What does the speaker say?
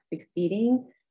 succeeding